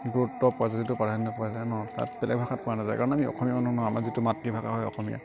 গুৰুত্ব পোৱা যায় যিটো প্ৰাধান্য পোৱা যায় ন তাত বেলেগ ভাষাত পোৱা নাযায় কাৰণ আমি অসমীয়া মানুহ ন আমাৰ যিটো মাতৃভাষা হয় অসমীয়া